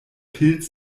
pilz